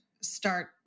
start